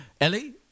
Ellie